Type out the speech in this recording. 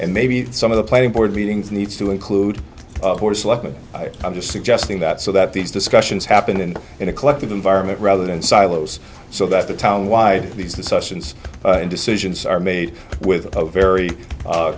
and maybe some of the planning board meetings needs to include i'm just suggesting that so that these discussions happen in a collective environment rather than silos so that the town wide these concessions decisions are made with very